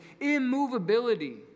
immovability